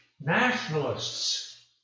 nationalists